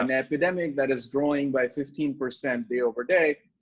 and epidemic that is growing by fifteen percent day over day,